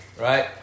right